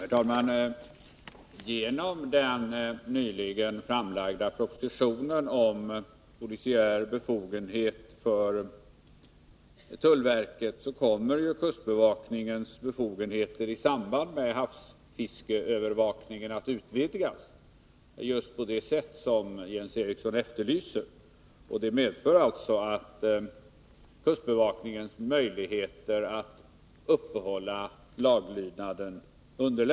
Herr talman! Genom den nyligen framlagda propositionen om polisiär befogenhet för tulltjänsteman kommer ju kustbevakningens befogenheter i samband med havsfiskeövervakningen att utvidgas just på det sätt som Jens Eriksson efterlyser. Detta medför att kustbevakningens möjligheter att upprätthålla laglydnaden ökar.